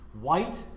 White